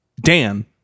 dan